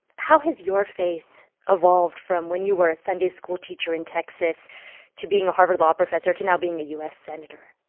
how has your faith evolved from when you were a sunday school teacher in texas to being a harvard law professor to now being a u s. senator?